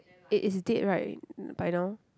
it is dead right by now